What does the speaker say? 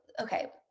okay